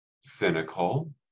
cynical